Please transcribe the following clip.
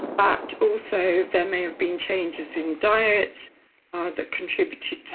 but also there may have been changes in diet that contributed